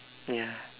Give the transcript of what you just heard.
ya